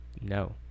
No